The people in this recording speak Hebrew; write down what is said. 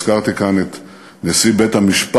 הזכרתי כאן את נשיא בית-המשפט.